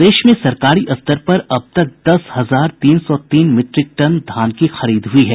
प्रदेश में सरकारी स्तर पर अब तक दस हजार तीन सौ तीन मीट्रिक टन धान की खरीद हुई है